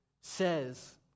says